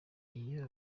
iyo